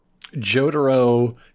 Jotaro